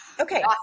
Okay